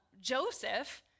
Joseph